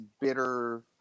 bitter